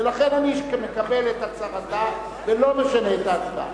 ולכן אני מקבל את הצהרתה ולא משנה את ההצבעה.